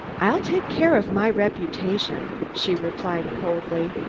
i'll take care of my reputation, she replied coldly.